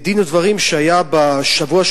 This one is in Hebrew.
לדין ודברים שהיו בשבוע,